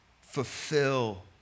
fulfill